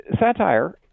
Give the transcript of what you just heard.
satire